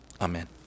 Amen